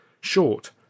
Short